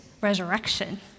resurrection